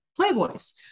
playboys